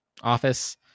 office